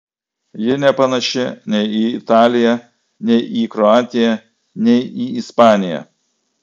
ji nepanaši nei į italiją nei į kroatiją nei į ispaniją